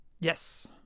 yes